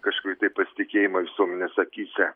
kažkokį tai pasitikėjimą visuomenės akyse